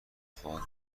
خواهد